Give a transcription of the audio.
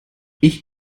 ich